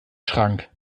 schrank